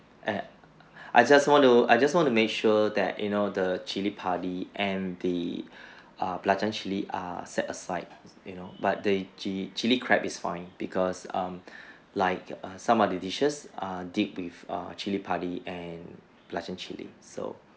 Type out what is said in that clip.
err I just want to I just want to make sure that you know the chilli padi and the err belacan chilli are set aside you know but the chi~ chilli crab is fine because um like err some of the dishes err deep with err chilli padi and belacan chilli so